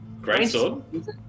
Greatsword